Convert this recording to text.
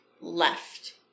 left